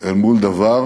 אל מול דבר